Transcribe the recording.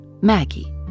Maggie